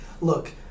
look